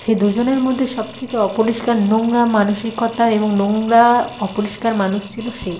সে দুজনের মধ্যে সব থেকে অপরিষ্কার নোংরা মানসিকতার এবং নোংরা অপরিষ্কার মানুষ ছিল সে